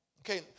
Okay